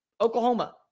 Oklahoma